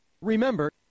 Remember